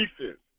defense